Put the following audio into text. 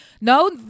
no